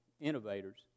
innovators